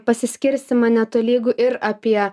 pasiskirstymą netolygų ir apie